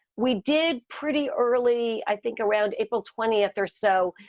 we did pretty early. i think around april twentieth or so,